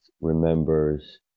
remembers